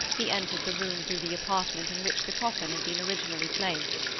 he entered the room through the apartment in which the coffin had been originally placed.